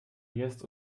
jetzt